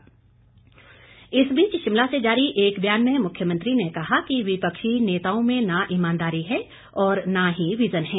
जयराम इस बीच शिमला से जारी एक बयान में मुख्यमंत्री ने कहा कि विपक्षी नेताओं में न ईमानदारी है और न ही विज़न है